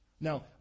Now